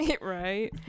Right